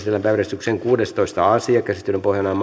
päiväjärjestyksen seitsemästoista asia käsittelyn pohjana on